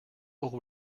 will